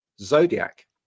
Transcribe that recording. Zodiac